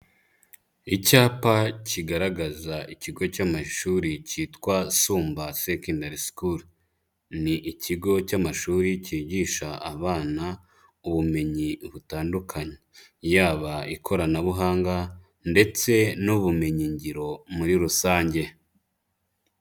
Icyapa kigaragaza ikigo cy'amashuri cyitwa SUMBA SECONDARY SCHOOL. Ni ikigo cy'amashuri kigisha abana ubumenyi butandukanye, yaba ikoranabuhanga ndetse n'ubumenyingiro muri rusange.